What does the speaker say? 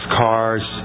cars